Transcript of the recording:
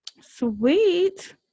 Sweet